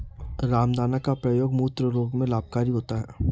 रामदाना का प्रयोग मूत्र रोग में लाभकारी होता है